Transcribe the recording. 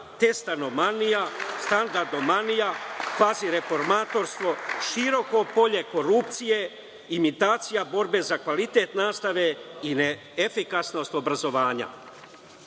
testanomanija, standardomanija, kvazireformatorstvo, široko polje korupcije, imitacija borbe za kvalitet nastave i neefikasnost obrazovanja. Kadrovski